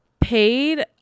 Paid